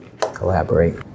Collaborate